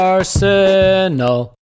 Arsenal